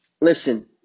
listen